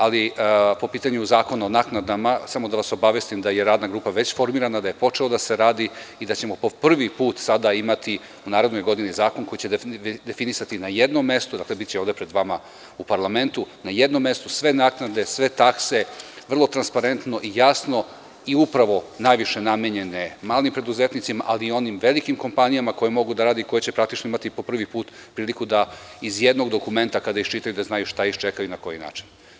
Ali, po pitanju Zakona o naknadama, samo da vas obavestim da je radna grupa već formirana, da je počelo da se radi i da ćemo po prvi put sada imati u narednoj godini zakon koji će definisati na jednom mestu, dakle, biće ovde pred vama u parlamentu, na jednom mestu sve naknade, sve takse, vrlo transparentno i jasno i upravo najviše namenjene malim preduzetnicima ali i onim velikim kompanijama koje mogu da rade i koje će praktično imati po prvi put priliku da iz jednog dokumenta kada iščitaju da znaju šta ih čeka i na koji način.